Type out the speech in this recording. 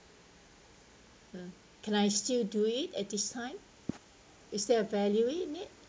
uh can I still do it at this time is there a value in it